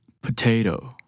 Potato